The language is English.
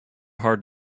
hard